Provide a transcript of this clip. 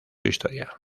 historia